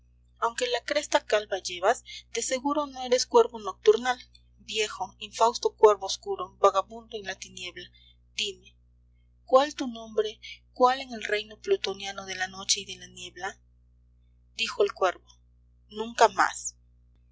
aunque la cresta calva llevas de seguro no eres cuervo nocturnal viejo infausto cuervo oscuro vagabundo en la tiniebla dime cuál tu nombre cuál en el reino plutoniano de la noche y de la niebla dijo el cuervo nunca más